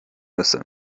müsse